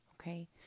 Okay